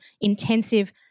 intensive